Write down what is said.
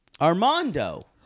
Armando